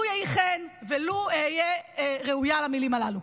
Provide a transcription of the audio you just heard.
לו יהיה כן ולו אהיה ראויה למילים הללו.